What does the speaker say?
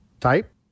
type